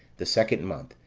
the second month,